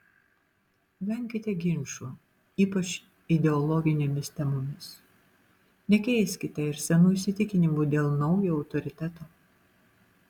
venkite ginčų ypač ideologinėmis temomis nekeiskite ir senų įsitikinimų dėl naujo autoriteto